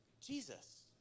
Jesus